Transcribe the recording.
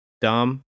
dumb